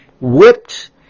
whipped